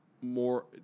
more